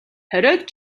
хориод